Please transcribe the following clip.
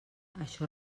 això